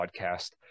podcast